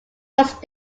first